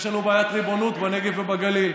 יש לנו בעיית ריבונות בנגב ובגליל.